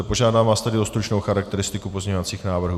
Požádám vás tedy o stručnou charakteristiku pozměňovacích návrhů.